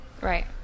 right